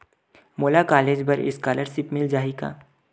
मोला कॉलेज बर स्कालर्शिप मिल जाही का?